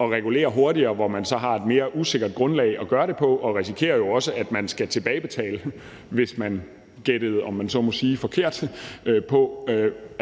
at regulere hurtigere, hvor man så har et mere usikkert grundlag at gøre det på, og hvor man jo så også risikerer, at der skal tilbagebetales, hvis man gættede, om man så må sige, forkert og